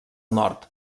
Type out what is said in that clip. nord